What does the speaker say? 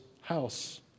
house